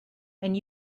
and